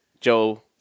Joe